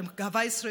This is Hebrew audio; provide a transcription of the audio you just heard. אתם גאווה ישראלית,